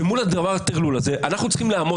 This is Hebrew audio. ומול הטרלול הזה אנחנו צריכים לעמוד.